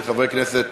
של חברי הכנסת